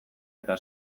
eta